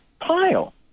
pile